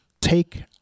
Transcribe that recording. take